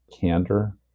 candor